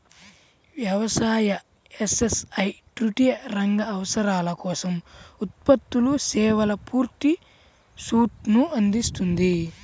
వ్యవసాయ, ఎస్.ఎస్.ఐ తృతీయ రంగ అవసరాల కోసం ఉత్పత్తులు, సేవల పూర్తి సూట్ను అందిస్తుంది